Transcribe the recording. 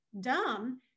dumb